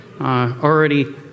Already